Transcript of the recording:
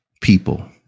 people